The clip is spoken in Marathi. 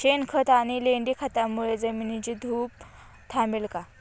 शेणखत आणि लेंडी खतांमुळे जमिनीची धूप थांबेल का?